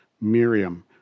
Miriam